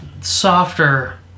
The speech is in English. softer